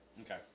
Okay